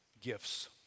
Gifts